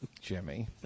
Jimmy